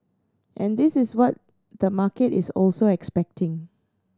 and this is what the market is also expecting